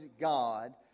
God